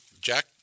jack